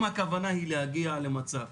אם הכוונה היא להגיע למצב